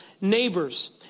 neighbors